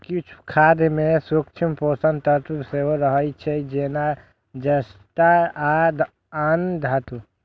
किछु खाद मे सूक्ष्म पोषक तत्व सेहो रहै छै, जेना जस्ता आ आन धातु